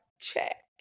Check